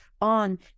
on